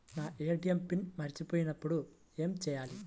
నా ATM PIN మరచిపోయినప్పుడు ఏమి చేయాలి?